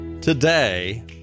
today